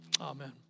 Amen